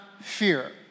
fear